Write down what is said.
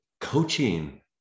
coaching